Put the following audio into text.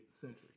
century